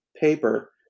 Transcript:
paper